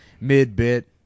mid-bit